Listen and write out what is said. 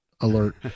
alert